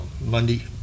Monday